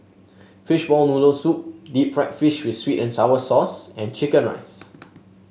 Fishball Noodle Soup Deep Fried Fish with sweet and sour sauce and chicken rice